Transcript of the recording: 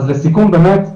אז לסיכום באמת,